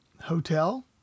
hotel